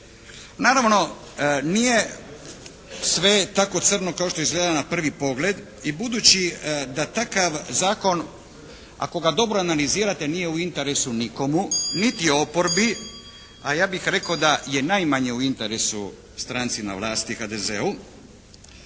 Naravno nije sve tako crno kao što izgleda na prvi pogled i budući da takav zakon ako ga dobro analizirate nije u interesu nikomu, niti oporbi, a ja bih rekao da je najmanje u interesu stranci na vlasti HDZ-u.